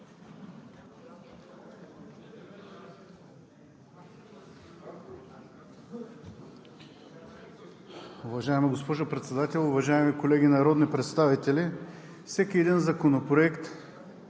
Уважаема госпожо Председател, уважаеми колеги народни представители! Всеки един законопроект